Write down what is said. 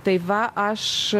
tai va aš